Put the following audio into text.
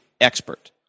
expert